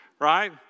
right